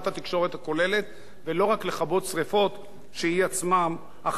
רק לכבות שרפות שהיא עצמה אחראית להצתתן.